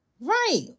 Right